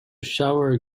shower